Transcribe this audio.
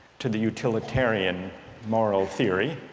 to the utilitarian moral theory.